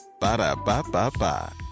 Ba-da-ba-ba-ba